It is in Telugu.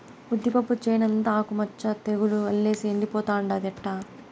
ఉద్దిపప్పు చేనంతా ఆకు మచ్చ తెగులు అల్లేసి ఎండిపోతుండాదే ఎట్టా